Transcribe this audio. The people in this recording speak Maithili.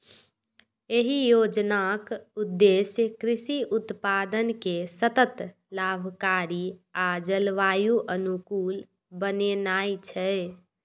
एहि योजनाक उद्देश्य कृषि उत्पादन कें सतत, लाभकारी आ जलवायु अनुकूल बनेनाय छै